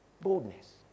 Boldness